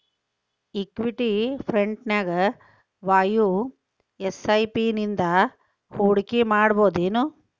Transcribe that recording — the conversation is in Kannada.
ಇಕ್ವಿಟಿ ಫ್ರಂಟ್ನ್ಯಾಗ ವಾಯ ಎಸ್.ಐ.ಪಿ ನಿಂದಾ ಹೂಡ್ಕಿಮಾಡ್ಬೆಕೇನು?